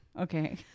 Okay